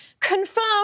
confirmed